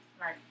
Right